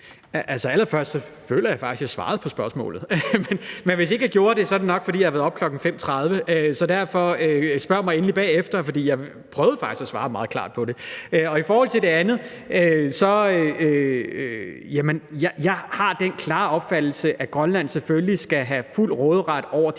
jeg har den klare opfattelse, at Grønland selvfølgelig skal have fuld råderet over de